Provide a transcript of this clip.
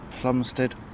Plumstead